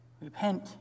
Repent